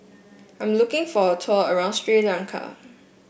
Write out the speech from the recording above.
I am looking for a tour around Sri Lanka